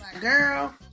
girl